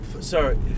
Sorry